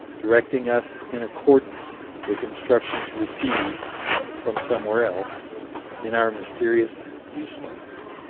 directing us in accordance with instructions received from somewhere else in our mysterious usefulness.